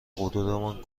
غرورمان